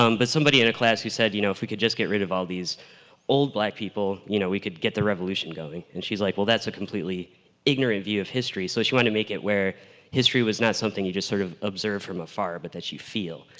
um but somebody in a class who said, you know, if we can just get rid of all these old black people, you know, we could get the evolution going. and she's like well that's a completely ignorant view of history, so she wanted to make it where history was not something you just sort of observe from afar, but that you feel.